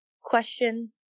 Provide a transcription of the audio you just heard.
question